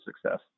success